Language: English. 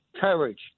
courage